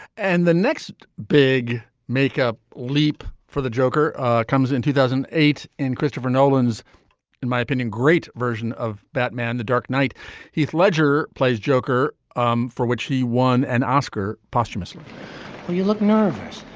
and the next big makeup leap for the joker comes in two thousand and eight in christopher nolan's in my opinion great version of batman the dark knight heath ledger plays joker um for which he won an oscar posthumously well you look nervous.